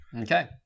Okay